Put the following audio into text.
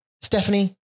Stephanie